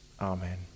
Amen